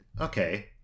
Okay